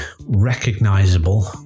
recognizable